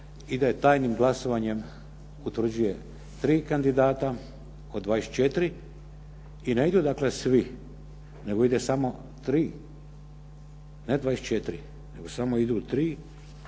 ide tajnim glasovanjem utvrđuje tri kandidata od 24 i ne idu dakle svi nego ide samo tri ne 24, nego samo idu 3